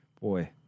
Boy